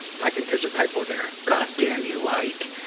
i think there's a typo there. goddamn you, ike,